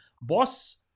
boss